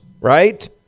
right